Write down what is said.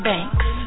Banks